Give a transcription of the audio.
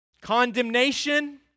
Condemnation